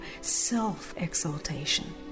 self-exaltation